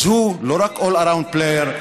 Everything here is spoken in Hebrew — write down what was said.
אז הוא לא רק all-around player,